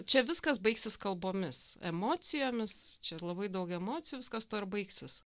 čia viskas baigsis kalbomis emocijomis čia labai daug emocijų viskas tuo ir baigsis